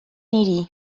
niri